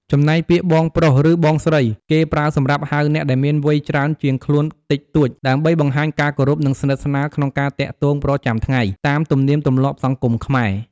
ចំណែកពាក្យ បងប្រុស ឬ បងស្រី គេប្រើសម្រាប់ហៅអ្នកដែលមានវ័យច្រើនជាងខ្លួនតិចតួច ដើម្បីបង្ហាញការគោរព និងស្និទ្ធស្នាលក្នុងការទាក់ទងប្រចាំថ្ងៃ តាមទំនៀមទម្លាប់សង្គមខ្មែរ។